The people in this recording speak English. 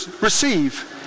receive